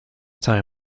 time